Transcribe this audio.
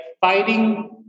fighting